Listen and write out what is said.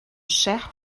cher